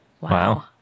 Wow